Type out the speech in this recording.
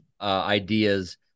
ideas